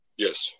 Yes